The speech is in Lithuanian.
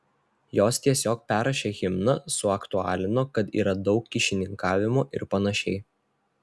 jos tiesiog perrašė himną suaktualino kad yra daug kyšininkavimo ir panašiai